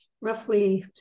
roughly